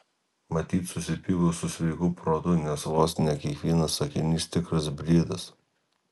matyt susipykus su sveiku protu nes vos ne kiekvienas sakinys tikras briedas